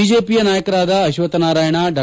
ಬಿಜೆಪಿಯ ನಾಯಕರಾದ ಅಶ್ವತ್ತನಾರಾಯಣ ಡಾ